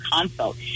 consult